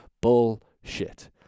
Bullshit